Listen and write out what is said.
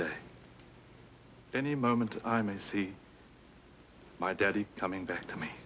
day any moment i may see my daddy coming back to me